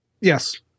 Yes